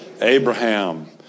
Abraham